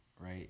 right